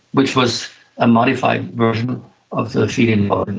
which was a modified version of the feed-in law.